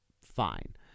Fine